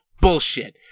bullshit